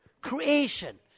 creation